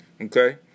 okay